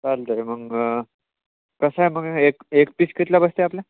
चालत आहे मग कसं आहे मग एक एक पीस कितीला बसते आपल्या